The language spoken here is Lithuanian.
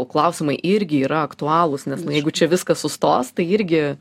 klausimai irgi yra aktualūs nes nu jeigu čia viskas sustos tai irgi